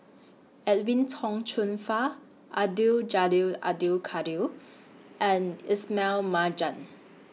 Edwin Tong Chun Fai Abdul Jalil Abdul Kadir and Ismail Marjan